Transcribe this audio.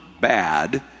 bad